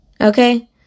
Okay